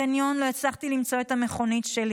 בחניון לא הצלחתי למצוא את המכונית שלי.